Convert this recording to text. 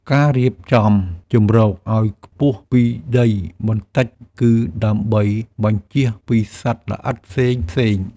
ការរៀបចំជម្រកឱ្យខ្ពស់ពីដីបន្តិច គឺដើម្បីបញ្ចៀសពីសត្វល្អិតផ្សេងៗ។